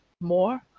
more